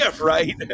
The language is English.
Right